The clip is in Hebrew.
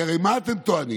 כי הרי מה אתם טוענים?